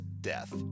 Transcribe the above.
death